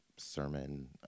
sermon